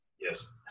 Yes